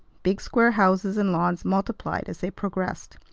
big square houses and lawns multiplied as they progressed.